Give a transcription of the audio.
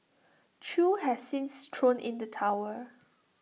chew has since thrown in the towel